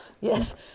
yes